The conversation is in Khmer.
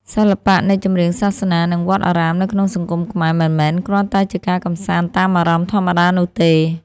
សិល្បៈនៃចម្រៀងសាសនា និងវត្តអារាមនៅក្នុងសង្គមខ្មែរ មិនមែនគ្រាន់តែជាការកម្សាន្តតាមអារម្មណ៍ធម្មតានោះទេ